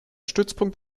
stützpunkt